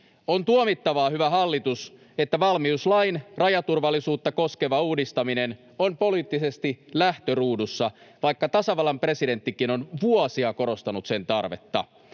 On tuomittavaa, hyvä hallitus, että valmiuslain rajaturvallisuutta koskeva uudistaminen on poliittisesti lähtöruudussa, vaikka tasavallan presidenttikin on vuosia korostanut sen tarvetta.